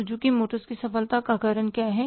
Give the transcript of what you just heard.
Suzuki Motors की सफलता का कारण क्या है